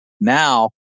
now